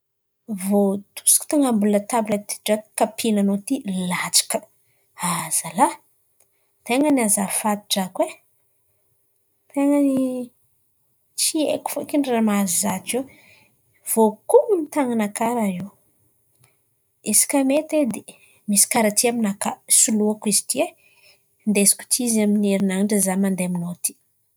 Vôtosiky tan̈abon'ny latabl ity drako kapilanao ity latsaka, azalahy! Ten̈a ny azafady drako e, ten̈a ny tsy haiko fekiny ràha mahazo izaho teo, vôkon̈ono tànana-nakà ràha io. Izy kà mety misy kàra ty aminakà, soloako izy ity e. Indesiko aty izy amin'ny herinandra izaho mandeha aminao aty.